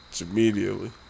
immediately